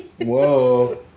Whoa